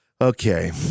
Okay